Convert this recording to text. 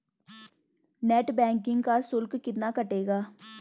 Net banking का शुल्क कितना कटेगा?